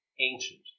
ancient